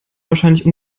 wahrscheinlich